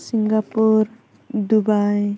Singapore Dubai